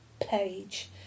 page